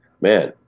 Man